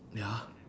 ya